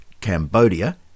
Cambodia